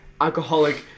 alcoholic